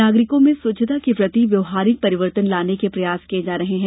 नागरिकों में स्वच्छता के प्रति व्यवहारिक परिवर्तन लाने के प्रयास किये जा रहे हैं